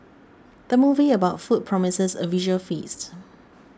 the movie about food promises a visual feast